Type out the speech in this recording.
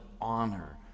honor